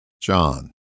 John